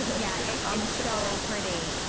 yeah um so pretty.